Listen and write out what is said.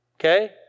okay